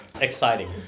Exciting